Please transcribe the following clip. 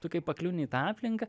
tu kai pakliūni į tą aplinką